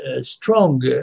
strong